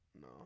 No